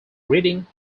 reading